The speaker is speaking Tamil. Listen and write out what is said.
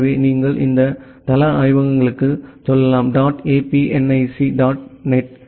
எனவே நீங்கள் இந்த தள ஆய்வகங்களுக்கு செல்லலாம் dot apnic dot net